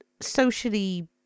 socially